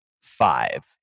Five